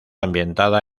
ambientada